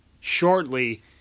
shortly